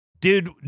dude